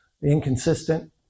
inconsistent